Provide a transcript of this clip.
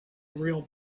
real